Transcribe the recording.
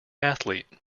athlete